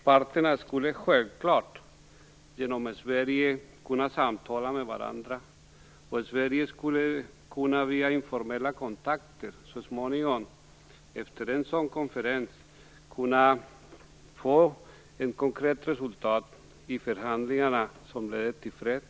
Parterna skulle självklart genom Sverige kunna samtala med varandra, och Sverige skulle via informella kontakter så småningom efter en sådan konferens kunna nå ett konkret resultat i förhandlingar som leder till fred.